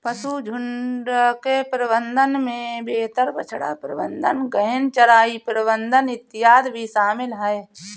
पशुझुण्ड के प्रबंधन में बेहतर बछड़ा प्रबंधन, गहन चराई प्रबंधन इत्यादि भी शामिल है